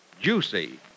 juicy